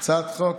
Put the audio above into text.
הצעת חוק